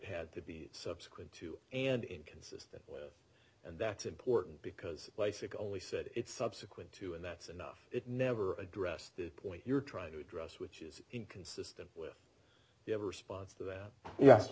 had to be subsequent to and inconsistent with and that's important because lasik only said it subsequent to and that's enough it never addressed the point you're trying to address which is inconsistent with you have a response to that yes